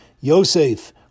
Yosef